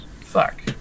fuck